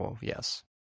yes